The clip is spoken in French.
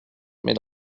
mais